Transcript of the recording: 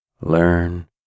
learn